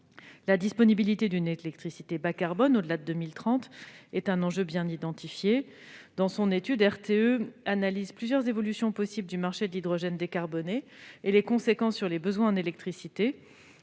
La disponibilité d'une électricité bas-carbone, au-delà de 2030, est un enjeu bien identifié. Dans son étude, RTE analyse plusieurs évolutions possibles du marché de l'hydrogène décarboné et les conséquences sur les besoins en électricité.